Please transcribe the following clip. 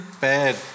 bad